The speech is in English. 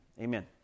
Amen